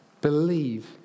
Believe